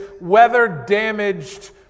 weather-damaged